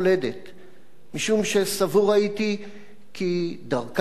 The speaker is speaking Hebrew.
משום שסבור הייתי כי דרכה של מולדת וקולו